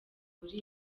buri